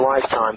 lifetime